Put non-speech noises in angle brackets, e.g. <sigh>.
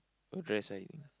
a dress <noise>